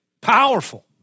powerful